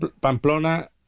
Pamplona